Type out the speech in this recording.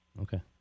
Okay